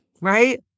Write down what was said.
right